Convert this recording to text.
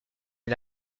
est